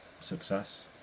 success